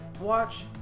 watch